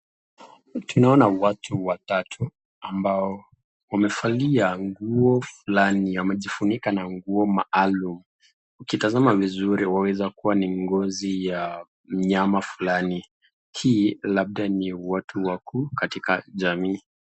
Tunaona watu watatu ambao wamevalia nguo fulani wamejifunika na nguo maalum ukitazama vizuri waweza kuwa ngozi ya mnyama fulani hii labda watu wako katika jamii.